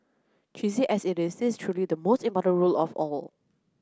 cheesy as it is this is truly the most important rule of all